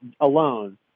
alone